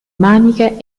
maniche